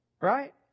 Right